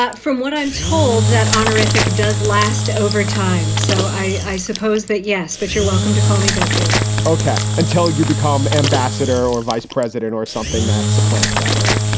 from what i'm told, that honorific does last over time. so i suppose that. yes. but you're welcome to call me betty ok. until you become ambassador or vice president or something that supplants that, right?